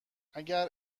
اگر